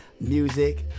music